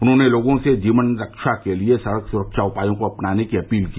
उन्होंने लोगों से जीवन रक्षा के लिए सड़का सुरक्षा उपायों को अपनाने की अपील की